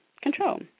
control